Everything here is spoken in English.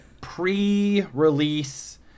pre-release